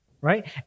right